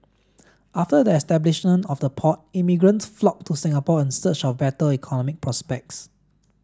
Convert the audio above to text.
after the establishment of the port immigrants flocked to Singapore in search of better economic prospects